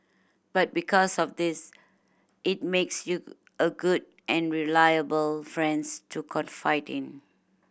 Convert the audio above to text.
but because of this it makes you a good and reliable friends to confide in